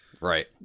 right